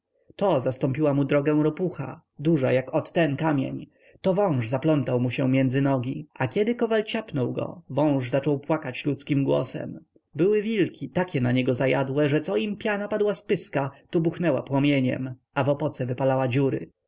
to zastąpiła mu drogę ropucha duża jak ot ten kamień to wąż zaplątał mu się między nogi a kiedy kowal ciapnął go wąż zaczął płakać ludzkim głosem były wilki takie na niego zajadłe że co im piana padła z pyska to buchnęła płomieniem a w opoce wypalała dziury